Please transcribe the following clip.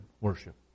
worship